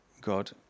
God